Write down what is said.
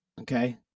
okay